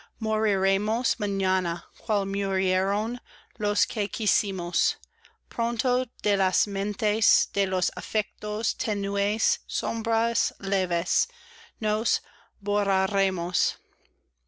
los que quisimos pronto de las mentes de los afectos tenues sombras leves nos